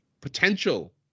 potential